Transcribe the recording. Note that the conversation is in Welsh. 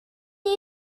duw